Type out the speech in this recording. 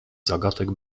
zagadek